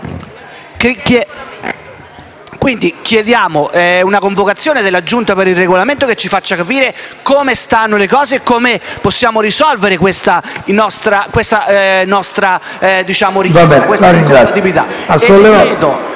Chiediamo una convocazione della Giunta per il Regolamento che ci faccia capire come stanno le cose e come possiamo risolvere questa situazione.